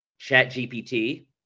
ChatGPT